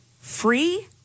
free